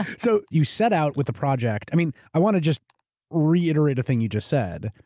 so you set out with the project, i mean, i want to just reiterate a thing you just said.